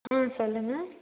ம் சொல்லுங்கள்